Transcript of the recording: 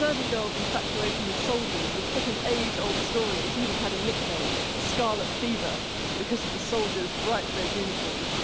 ah and girls' infatuation with soldiers was such an age-old story it even had a nickname scarlet fever because of the soldiers' bright red uniforms.